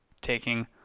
taking